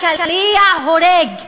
הקליע הורג,